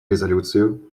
резолюцию